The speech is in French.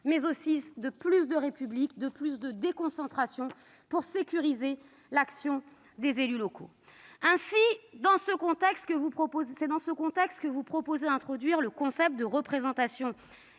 mais aussi de plus de République, de plus de déconcentration pour sécuriser l'action des élus locaux. C'est dans ce contexte que vous proposez d'introduire les concepts de représentation